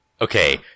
Okay